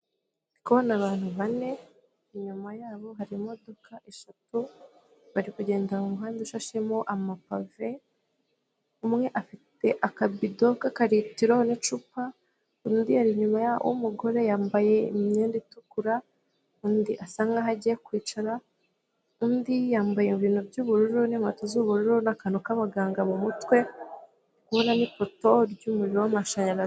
Ndi kubona abantu bane, inyuma yabo hari imodoka eshatu bari kugenda mu muhanda ushashemo amapave, umwe afite akabido k'akaritiro n'icupa undi ari inyuma y'umugore yambaye imyenda itukura, undi asa nkaho agiye kwicara undi, yambaye ibintu by'ubururu n'inkweto z'ubururu n'akantu k'abaganga mu mutwe ndi kubona n'ipoto ry'umuriro w'amashanyarazi.